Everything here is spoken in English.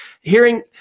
hearing